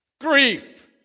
Grief